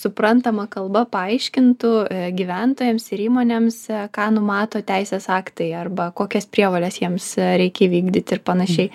suprantama kalba paaiškintų gyventojams ir įmonėms ką numato teisės aktai arba kokias prievoles jiems reikia įvykdyti ir panašiai